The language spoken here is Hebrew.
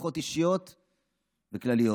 בשיחות אישיות וכלליות.